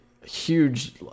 huge